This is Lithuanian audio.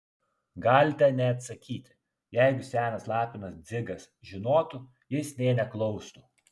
galite neatsakyti jeigu senas lapinas dzigas žinotų jis nė neklaustų